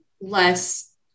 less